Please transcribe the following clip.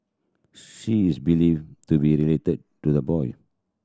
she is believed to be related to the boy